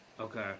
Okay